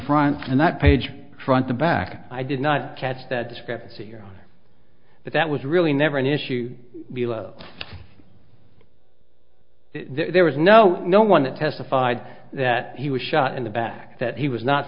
front and that page front to back i did not catch that script here but that was really never an issue there was no no one that testified that he was shot in the back that he was not